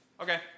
Okay